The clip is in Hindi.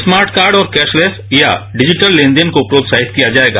स्मार्ट कार्ड और कैरालैस या डिजिटल लेन देन को प्रोत्साहित किया जाएगा